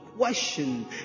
question